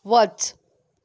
वच